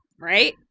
Right